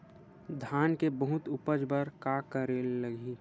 धान के बहुत उपज बर का करेला लगही?